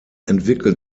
entwickelt